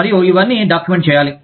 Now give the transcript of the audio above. మరియు ఇవన్నీ డాక్యుమెంట్ చేయాలి